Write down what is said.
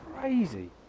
crazy